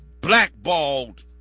blackballed